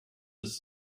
ist